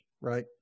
right